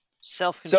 Self